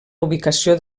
ubicació